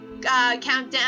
Countdown